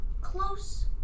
Close